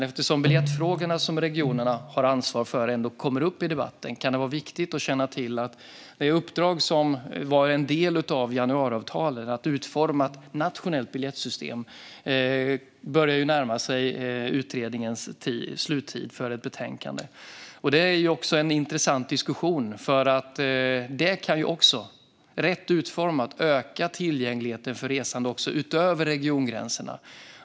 Eftersom biljettfrågorna som regionerna har ansvar för ändå kommer upp i debatten kan det vara viktigt att känna till att det uppdrag som var en del av januariavtalet, att utforma ett nationellt biljettsystem, börjar närma sig utredningens sluttid för ett betänkande. Det är också en intressant diskussion, för rätt utformat kan det även öka tillgängligheten för resande utöver regiongränserna.